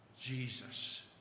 Jesus